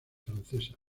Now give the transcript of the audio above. francesa